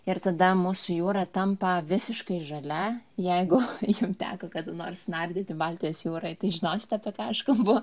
ir tada mūsų jūra tampa visiškai žalia jeigu jum teko kada nors nardyti baltijos jūroj tai žinosite apie ką aš kalbu